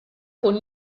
con